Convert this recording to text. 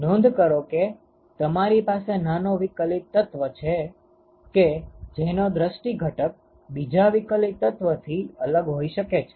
નોંધ કરો કે તમારી પાસે નાનો વિકલીત તત્વ છે કે જેનો દ્રષ્ટી ઘટક બીજા વિકલીત તત્વથી અલગ હોઈ શકે છે